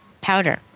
powder